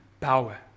power